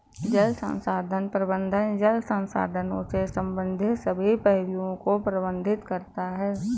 जल संसाधन प्रबंधन जल संसाधनों से संबंधित सभी पहलुओं को प्रबंधित करता है